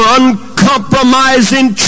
uncompromising